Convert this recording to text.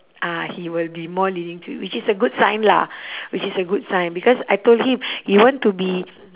ah he will be more leaning to which is a good sign lah which is a good sign because I told him you want to be